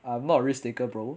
I'm not risk taker bro